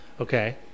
Okay